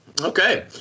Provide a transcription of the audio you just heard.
okay